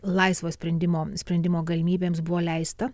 laisvo sprendimo sprendimo galimybėms buvo leista